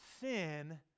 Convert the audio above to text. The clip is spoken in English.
sin